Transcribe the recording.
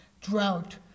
drought